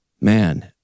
Man